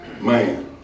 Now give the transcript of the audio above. Man